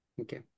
Okay